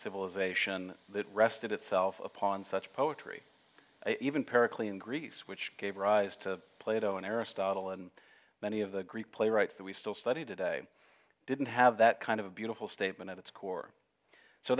civilization that rested itself upon such poetry even para clean grease which gave rise to plato and aristotle and many of the great playwrights that we still study today didn't have that kind of beautiful statement at its core so